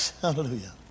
Hallelujah